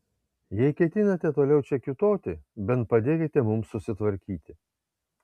jei ketinate toliau čia kiūtoti bent padėkite mums susitvarkyti